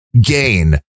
gain